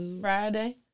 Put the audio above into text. Friday